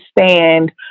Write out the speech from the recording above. understand